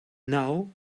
now